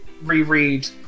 reread